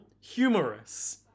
humorous